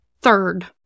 third